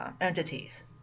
entities